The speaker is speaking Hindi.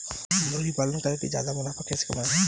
मुर्गी पालन करके ज्यादा मुनाफा कैसे कमाएँ?